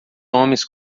homens